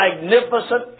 magnificent